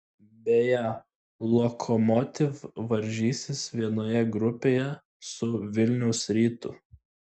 beje lokomotiv varžysis vienoje grupėje su vilniaus rytu